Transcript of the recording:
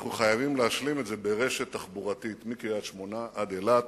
אנחנו חייבים להשלים את זה ברשת תחבורתית מקריית-שמונה עד אילת,